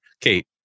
Kate